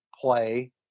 play